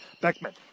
Beckman